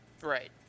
Right